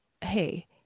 hey